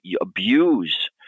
abuse